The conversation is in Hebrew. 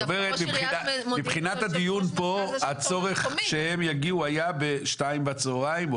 מבחינת הדיון פה הצורך שהם יגיעו היה ב-14:00 בצהריים,